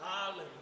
Hallelujah